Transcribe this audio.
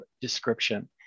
description